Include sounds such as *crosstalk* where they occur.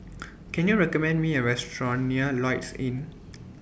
*noise* Can YOU recommend Me A Restaurant near Lloyds Inn